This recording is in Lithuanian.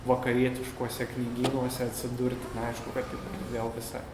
vakarietiškuose knygynuose atsidurti aišku kad vėl visai